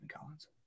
Collins